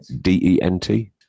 d-e-n-t